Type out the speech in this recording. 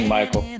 Michael